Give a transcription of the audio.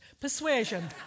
Persuasion